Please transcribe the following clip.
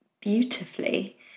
beautifully